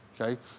Okay